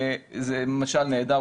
זה משל נהדר,